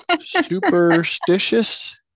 Superstitious